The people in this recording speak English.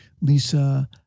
Lisa